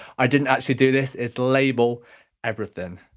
i didn't actually do this, it's label everything.